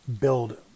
build